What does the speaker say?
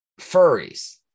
furries